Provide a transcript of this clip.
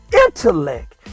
intellect